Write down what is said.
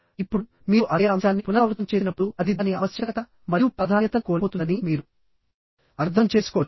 ఇప్పుడు మీరు అదే అంశాన్ని పునరావృతం చేసినప్పుడు అది దాని ఆవశ్యకత మరియు ప్రాధాన్యతను కోల్పోతుందని మీరు అర్థం చేసుకోవచ్చు